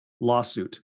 lawsuit